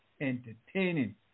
entertaining